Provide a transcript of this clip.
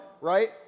right